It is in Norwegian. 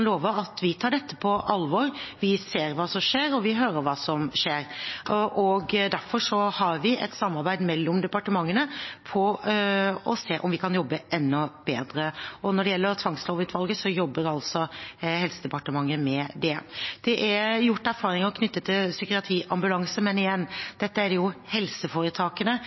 love at vi tar dette på alvor. Vi ser hva som skjer, og vi hører hva som skjer. Derfor har vi et samarbeid mellom departementene for å se om vi kan jobbe enda bedre. Når det gjelder tvangslovutvalget, jobber altså Helsedepartementet med det. Det er gjort erfaringer knyttet til psykiatriambulanse, men igjen, dette er det helseforetakene